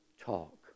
talk